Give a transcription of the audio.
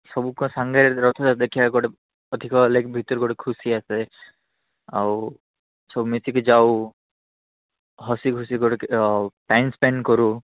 ସବୁକ ସାଙ୍ଗରେ ରଥଯାତ୍ରା ଦେଖିବାକୁ ଗୋଟେ ଅଧିକ ଲାଇକ୍ ଭିତରୁ ଗୋଟେ ଖୁସି ଆସେ ଆଉ ସବୁ ମିଶିକି ଯାଉ ହସି ଖୁସି କରୁ ଟାଇମ୍ ସ୍ପେଣ୍ଡ କରୁ